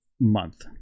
month